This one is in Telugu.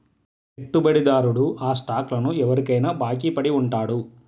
పెట్టుబడిదారుడు ఆ స్టాక్లను ఎవరికైనా బాకీ పడి ఉంటాడు